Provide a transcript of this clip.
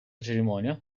cerimonia